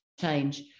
change